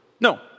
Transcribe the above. No